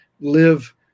live